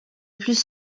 plus